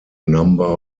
number